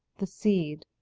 the seed,